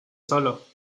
solo